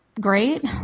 Great